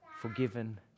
forgiven